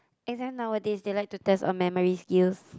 exam nowadays they like to test on memory skill